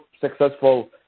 successful